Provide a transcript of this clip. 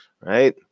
right